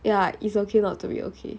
ya it's okay not to be okay